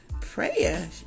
prayer